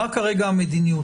מה כרגע המדיניות?